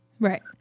Right